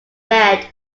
bed